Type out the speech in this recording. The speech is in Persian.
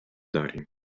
داریم